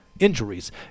injuries